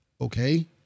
okay